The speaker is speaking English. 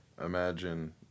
imagine